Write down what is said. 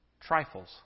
Trifles